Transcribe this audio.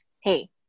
hey